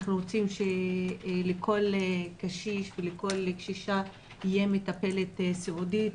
אנחנו רוצים שלכל קשיש וקשישה תהיה מטפלת סיעודית.